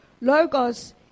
Logos